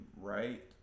right